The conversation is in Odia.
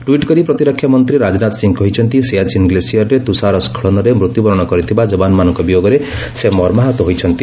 ଟ୍ୱିଟ୍ କରି ପ୍ରତିରକ୍ଷା ମନ୍ତ୍ରୀ ରାଜନାଥ ସିଂ କହିଛନ୍ତି ସିଆଚୀନ୍ ଗ୍ଲେସିୟରରେ ତୁଷାର ସ୍କଳନରେ ମୃତ୍ୟୁବରଣ କରିଥିବା ଜବାନମାନଙ୍କ ବିୟୋଗରେ ସେ ମର୍ମାହତ ହୋଇଛନ୍ତି